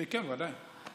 כן, ודאי.